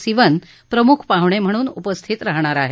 सिवन प्रमुख पाहुणे म्हणून उपस्थित रहाणार आहेत